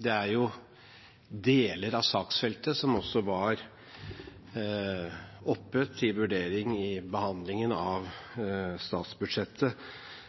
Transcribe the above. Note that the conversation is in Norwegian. Det er deler av saksfeltet som også var oppe til vurdering i behandlingen av statsbudsjettet.